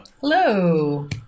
Hello